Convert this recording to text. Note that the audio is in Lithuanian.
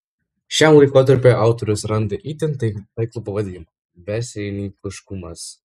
šiam laikotarpiui autoriaus randa itin taiklų pavadinimą verslininkiškumas